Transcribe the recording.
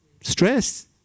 Stress